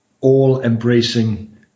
all-embracing